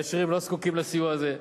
והעשירים לא זקוקים לסיוע הזה.